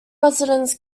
residents